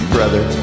Brother